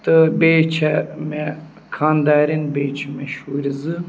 تہٕ بیٚیہِ چھےٚ مےٚ خانٛداریٚنۍ بیٚیہِ چھِ مےٚ شُرۍ زٕ